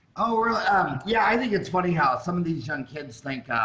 oh yeah i think it's funny how some of these young kids think